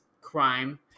crime